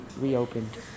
reopened